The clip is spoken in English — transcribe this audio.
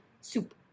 soup